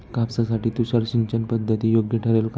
कापसासाठी तुषार सिंचनपद्धती योग्य ठरेल का?